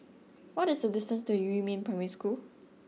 what is the distance to Yumin Primary School